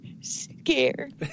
scared